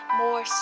more